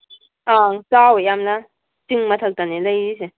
ꯑꯪ ꯆꯥꯎꯋꯤ ꯌꯥꯝꯅ ꯆꯤꯡ ꯃꯊꯛꯇꯅꯦ ꯂꯩꯔꯤꯁꯦ